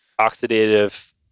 oxidative